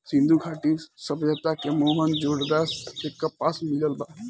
सिंधु घाटी सभ्यता के मोहन जोदड़ो से कपास मिलल बा